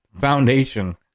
foundation